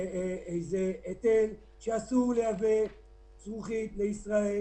היטל שאסור לייבא זכוכית לישראל,